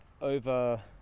over